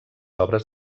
obres